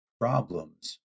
problems